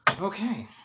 Okay